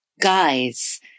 guys